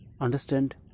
understand